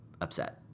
upset